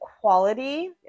quality